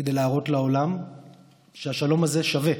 כדי להראות לעולם שהשלום הזה שווה,